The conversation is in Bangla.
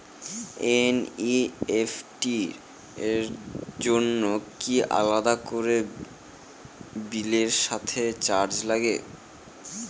এন.ই.এফ.টি র জন্য কি আলাদা করে বিলের সাথে চার্জ লাগে?